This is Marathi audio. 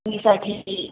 मीसाठी